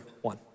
one